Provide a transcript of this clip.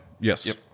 Yes